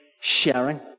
sharing